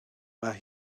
mae